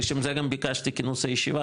לשם זה גם ביקשתי כינוס הישיבה,